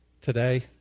today